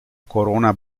corona